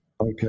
Okay